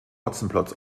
hotzenplotz